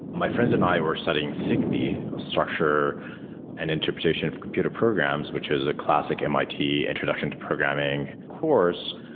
my friends and i were setting sicp, structure and interpretation of computer programs, which is a classic mit introduction to programming course.